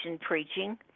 preaching